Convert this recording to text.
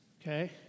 Okay